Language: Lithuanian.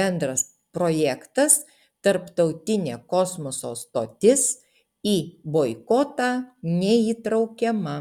bendras projektas tarptautinė kosmoso stotis į boikotą neįtraukiama